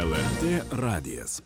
lrt radijas